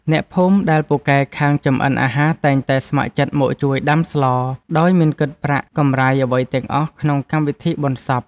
អ្នកភូមិដែលពូកែខាងចម្អិនអាហារតែងតែស្ម័គ្រចិត្តមកជួយដាំស្ល ដោយមិនគិតប្រាក់កម្រៃអ្វីទាំងអស់ក្នុងកម្មវិធីបុណ្យសព។